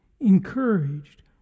encouraged